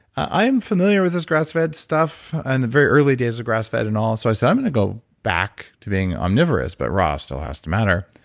i am familiar with this grass-fed stuff and the very early days, grass-fed and all. so i said, i'm going to go back to being omnivorous but raw still has to matter.